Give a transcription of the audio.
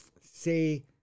say